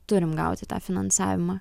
turim gauti tą finansavimą